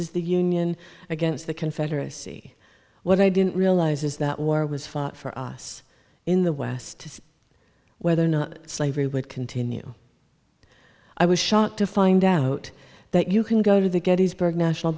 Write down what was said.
is the union against the confederacy what i didn't realize is that war was fought for us in the west to see whether or not slavery would continue i was shocked to find out that you can go to the gettysburg national